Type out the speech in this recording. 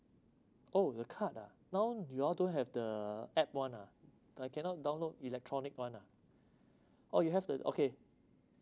oh with card ah now y'all do have the app one ah I cannot download electronic one ah oh you have the okay